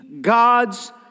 God's